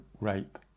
rape